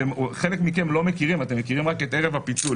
חלק מכם לא מכירים, אתם מכירים רק את אלה בפיצול.